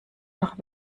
noch